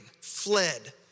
fled